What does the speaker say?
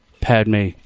Padme